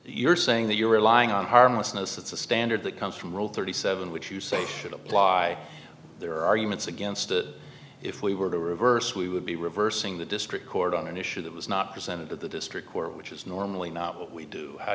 you're saying that you're relying on harmlessness it's a standard that comes from rule thirty seven which you say should apply there are arguments against it if we were to reverse we would be reversing the district court on an issue that was not presented at the district court which is normally not what we do how